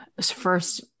first